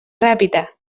ràpita